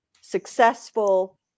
successful